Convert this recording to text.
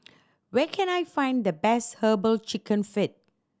where can I find the best Herbal Chicken Feet